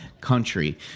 country